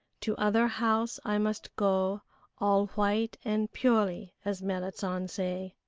to other house i must go all white and purely as merrit san say.